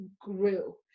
grew